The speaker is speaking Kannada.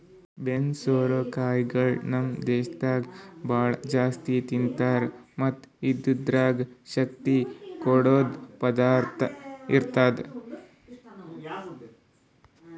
ಬೆನ್ನು ಸೋರೆ ಕಾಯಿಗೊಳ್ ನಮ್ ದೇಶದಾಗ್ ಭಾಳ ಜಾಸ್ತಿ ತಿಂತಾರ್ ಮತ್ತ್ ಇದುರ್ದಾಗ್ ಶಕ್ತಿ ಕೊಡದ್ ಪದಾರ್ಥ ಇರ್ತದ